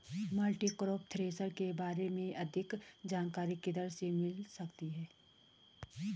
Multicrop thresher के बारे में अधिक जानकारी किधर से मिल सकती है?